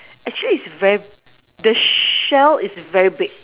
actually it's very the shell is very big